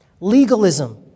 Legalism